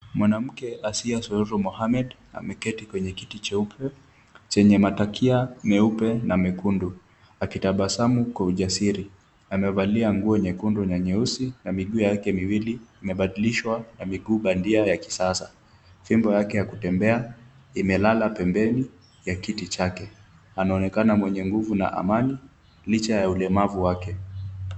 Mwanamke Asiya Sururu Mohamed ameketi kwenye kiti cheupe chenye matakia meupe na mekundu, akitabasamu kwa ujasiri. Amevalia nguo nyekundu na nyeusi na miguu yake miwili imebadilishwa na miguu bandia ya kisasa. Fimbo yake ya kutembea imelala pembeni ya kiti chake. Anaonekana mwenye nguvu na amani licha ya ulemavu wake.